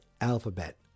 alphabet